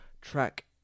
track